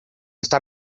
está